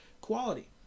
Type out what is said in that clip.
quality